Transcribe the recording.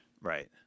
right